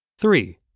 Three